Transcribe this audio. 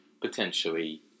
potentially